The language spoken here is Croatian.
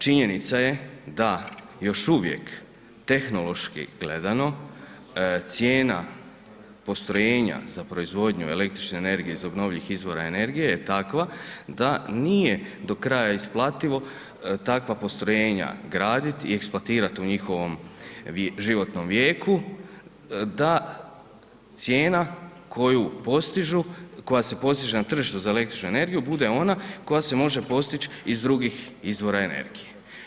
Činjenica je da još uvijek tehnološki gledano cijena postrojenja za proizvodnju električne energije iz obnovljivih izvora energije je takva da nije do kraja isplativo, takva postrojenja graditi i eksploatirati u njihovom životnom vijeku da cijena koju postižu, koja se postiže na tržištu za električnu energiju bude ona koja se može postići iz drugih izvora energije.